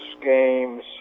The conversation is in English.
games